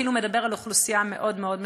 שכאילו מדבר על אוכלוסייה מאוד מאוד מצומצמת.